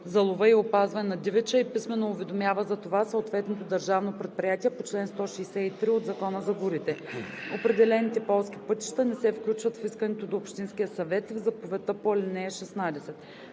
за лова и опазване на дивеча и писмено уведомява за това съответното държавно предприятие по чл. 163 от Закона за горите. Определените полски пътища не се включват в искането до общинския съвет и в заповедта по ал. 16.